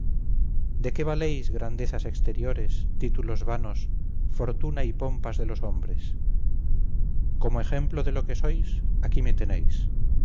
de qué valéis grandezas exteriores títulos vanos fortuna y pompas de los hombres como ejemplo de lo que sois aquí me tenéis